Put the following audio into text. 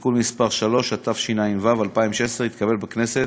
(תיקון מס' 3), התשע"ו 2016, התקבל בכנסת